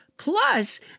Plus